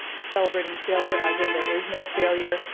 celebrating failure, as in there is no failure,